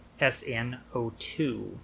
SnO2